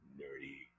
nerdy